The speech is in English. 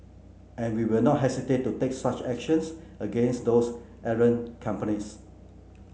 and we will not hesitate to take such actions against those errant companies